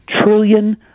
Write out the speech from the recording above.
trillion